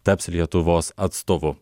taps lietuvos atstovu